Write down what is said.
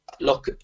look